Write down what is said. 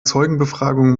zeugenbefragung